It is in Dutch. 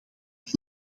dan